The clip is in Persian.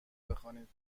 بخوانید